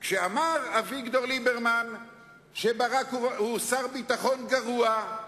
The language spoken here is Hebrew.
כשאמר אביגדור ליברמן שברק הוא שר ביטחון גרוע,